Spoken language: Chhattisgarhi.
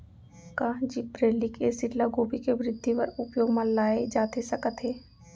का जिब्रेल्लिक एसिड ल गोभी के वृद्धि बर उपयोग म लाये जाथे सकत हे?